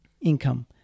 income